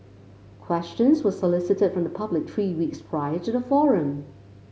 questions were solicited from the public three weeks prior to the forum